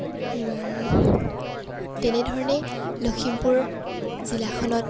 তেনেধৰণে লখিমপুৰ জিলাখনত